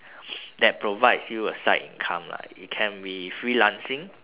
that provides you a side income lah it can be freelancing